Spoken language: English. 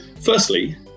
Firstly